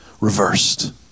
reversed